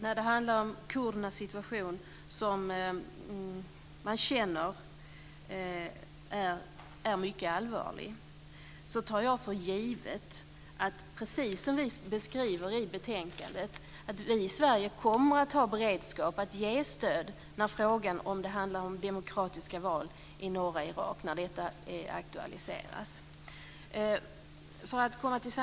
Fru talman! Kurdernas situation är allvarlig. Jag tar för givet, precis som beskrivs i betänkandet, att vi i Sverige kommer att ha beredskap att ge stöd till demokratiska val i norra Irak när det blir aktuellt.